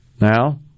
Now